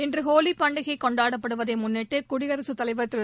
இன்று ஹோலிப்பண்டிகை கொண்டாடப்படுவதை முன்னிட்டு குடியரசுத் தலைவர் திரு